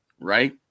right